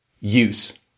use